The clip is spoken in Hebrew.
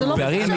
קארין,